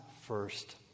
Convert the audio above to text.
first